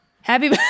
Happy